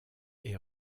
est